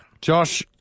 Josh